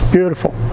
Beautiful